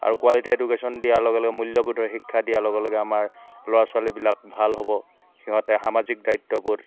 আৰু quality education দিয়া লগে লগে মূল্যবোধৰ শিক্ষা দিয়া লগে লগে আমাৰ ল'ৰা ছোৱালীবিলাক ভাল হ'ব সিহঁতে সামাজিক দায়িত্ববোধ